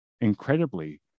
Incredibly